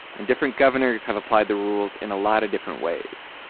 and different governors have applied the rules in a lot of different ways